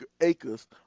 acres